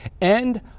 and